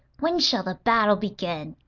when shall the battle begin?